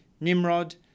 Nimrod